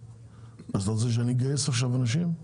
אז אתה רוצה שאני אגייס עכשיו אנשים?